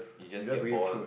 we just get born